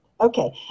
Okay